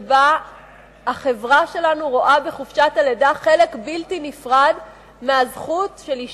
שבה החברה שלנו רואה בחופשת הלידה חלק בלתי נפרד מהזכות של אשה,